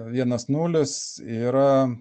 vienas nulis yra